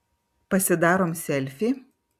pasidarom selfį